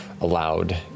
allowed